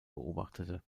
beobachtete